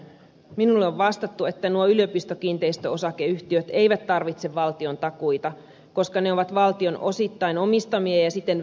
minulle on vastattu että nuo yliopistokiinteistöosakeyhtiöt eivät tarvitse valtiontakuita koska ne ovat valtion osittain omistamia ja siten vakavaraisia